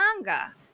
manga